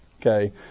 okay